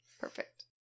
perfect